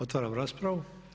Otvaram raspravu.